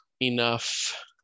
enough